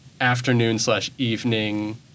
afternoon-slash-evening